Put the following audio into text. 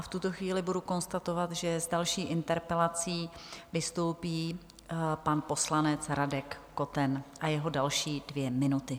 V tuto chvíli budu konstatovat, že s další interpelací vystoupí pan poslanec Radek Koten a jeho další dvě minuty.